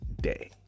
day